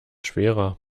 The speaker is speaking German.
schwerer